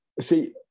See